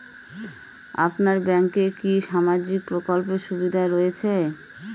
আপনার ব্যাংকে কি সামাজিক প্রকল্পের সুবিধা রয়েছে?